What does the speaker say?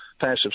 passive